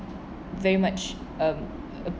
very much um um